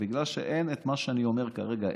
בגלל שאין את מה שאני אומר כרגע,